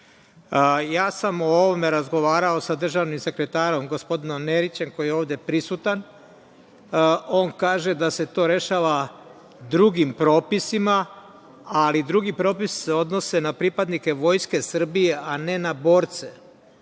ja sam razgovarao sa državnim sekretarom, gospodinom Nerićem, koji je ovde prisutan. On kaže da se to rešava drugim propisima, ali drugi propisi se odnose na pripadnike Vojske Srbije, a ne na borce,